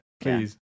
please